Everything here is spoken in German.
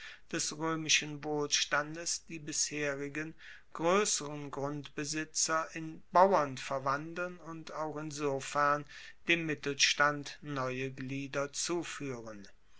des roemischen wohlstandes die bisherigen groesseren grundbesitzer in bauern verwandeln und auch insofern dem mittelstand neue glieder zufuehren